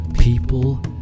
people